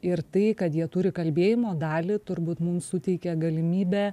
ir tai kad jie turi kalbėjimo dalį turbūt mums suteikia galimybę